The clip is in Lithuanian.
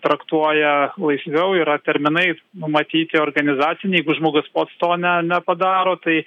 traktuoja laisviau yra terminai numatyti organizaciniai jeigu žmogus pats to ne nepadaro tai